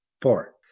Four